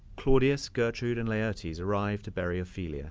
claudius, gertrude and laertes arrive to bury ophelia